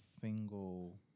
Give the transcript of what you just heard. single